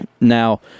Now